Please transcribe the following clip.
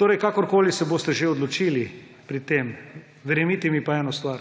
Torej, kakorkoli se bost že odločili pri tem, verjemite mi pa eno stvar,